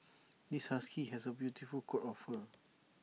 this husky has A beautiful coat of fur